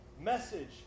message